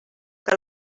que